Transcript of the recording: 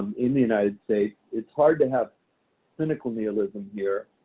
in the united states. it's hard to have cynical nihilism here.